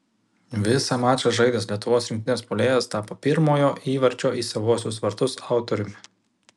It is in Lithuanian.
visą mačą žaidęs lietuvos rinktinės puolėjas tapo pirmojo įvarčio į savuosius vartus autoriumi